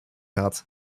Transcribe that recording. had